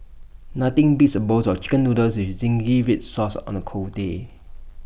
nothing beats A bowl of Chicken Noodles with Zingy Red Sauce on A cold day